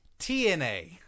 TNA